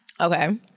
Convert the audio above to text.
Okay